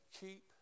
keep